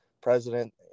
president